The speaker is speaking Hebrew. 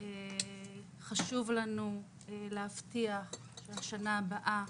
חשוב לנו להבטיח שהשנה הבאה